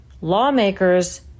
lawmakers